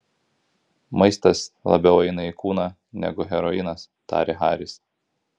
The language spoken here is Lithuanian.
maistas labiau eina į kūną negu heroinas tarė haris